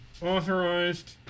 authorized